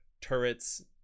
turrets